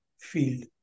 field